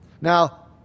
Now